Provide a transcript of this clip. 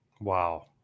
Wow